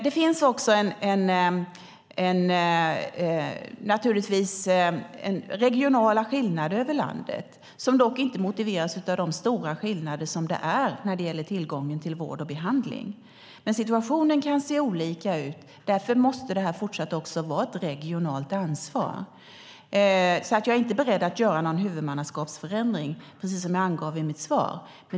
Det finns naturligtvis regionala skillnader över landet. De motiveras dock inte av de stora skillnaderna i tillgång till vård och behandling. Men situationen kan se olika ut. Därför måste det även i fortsättningen finnas ett regionalt ansvar. Jag är inte beredd att göra någon huvudmannaskapsförändring, precis som jag angav i mitt svar.